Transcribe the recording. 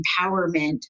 empowerment